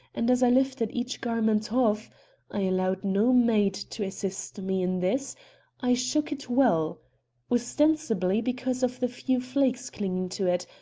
and as i lifted each garment off i allowed no maid to assist me in this i shook it well ostensibly, because of the few flakes clinging to it,